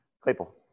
Claypool